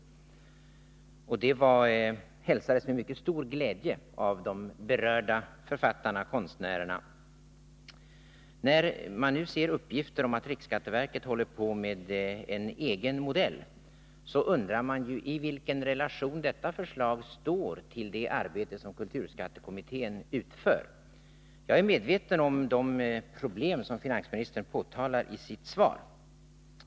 Detta hälsades med mycket stor glädje av de berörda författarna och konstnärerna. När man nu ser uppgifter om att riksskatteverket håller på med en egen modell, undrar man ju i vilken relation detta förslag står till det arbete som kulturskattekommittén utför. Jag är medveten om de problem som finansministern pekar på i sitt svar.